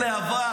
אלה אבק,